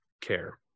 care